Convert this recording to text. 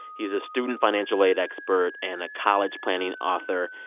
he's a student financial aid expert and a college planning author.